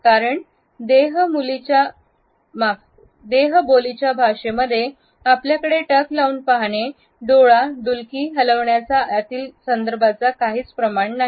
कारण देह मुलीच्या भाषेमध्ये आपल्याकडे टक लावून पाहणे डोळा डुलकी हलवण्याचा यातील संदर्भाचा काहीच प्रमाण नाही